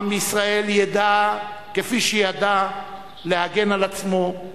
העם בישראל ידע, כפי שידע, להגן על עצמו,